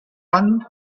fund